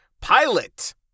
pilot